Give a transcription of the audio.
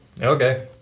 okay